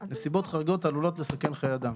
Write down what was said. זה "נסיבות חריגות העלולות לסכן חיי אדם